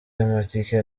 amatike